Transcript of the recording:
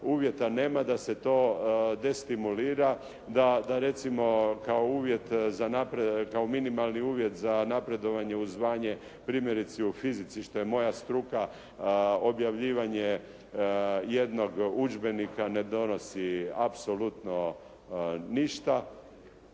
uvjeta nema, da se to destimulira, da recimo kao minimalni uvjet za napredovanje u zvanje primjerice u fizici što je moja struka objavljivanje jednog udžbenika ne donosi apsolutno ništa.